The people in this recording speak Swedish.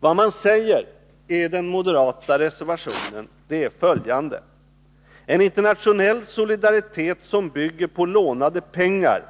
Vad man säger i den moderata reservationen 1 är följande: ”En internationell solidaritet som bygger på lånade pengar,